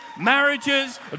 marriages